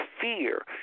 fear